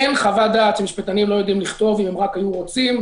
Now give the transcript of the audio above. אין חוות דעת שמשפטנים לא יודעים לכתוב אם הם רק היו רוצים.